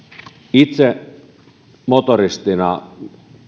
itse motoristina